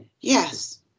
Yes